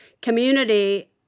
community